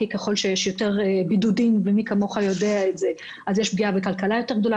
כי ככל שיש יותר בידודים אז יש פגיעה יותר גדולה בכלכלה,